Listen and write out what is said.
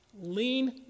lean